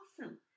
awesome